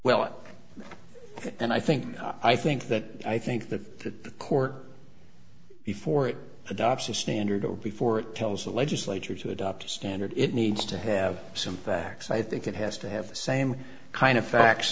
well and i think i think that i think that the court before it adopts a standard or before it tells the legislature to adopt a standard it needs to have some facts i think it has to have the same kind of facts